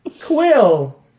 quill